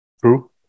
True